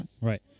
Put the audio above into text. Right